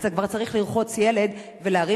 אז אתה כבר צריך לרחוץ ילד ולהרים